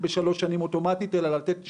צו בנושא דומה בשלוש שנים אלא בשנה.